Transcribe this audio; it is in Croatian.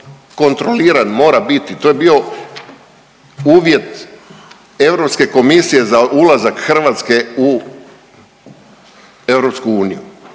kontroliran, mora biti, to je bio uvjet Europske komisije za ulazak Hrvatske u EU.